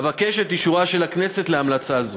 אבקש את אישורה של הכנסת להמלצה זו.